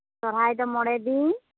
ᱥᱚᱨᱦᱟᱭ ᱫᱚ ᱢᱚᱬᱮ ᱫᱤᱱ